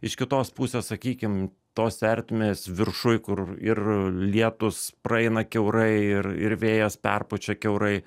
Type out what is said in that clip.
iš kitos pusės sakykim tos ertmės viršuj kur ir lietūs praeina kiaurai ir ir vėjas perpučia kiaurai